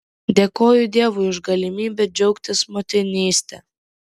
dėkoju dievui už galimybę džiaugtis motinyste